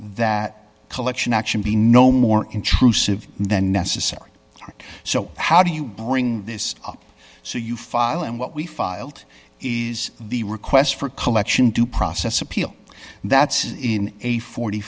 that collection action be no more intrusive than necessary so how do you bring this up so you file and what we filed is the request for collection to process appeal that's in a forty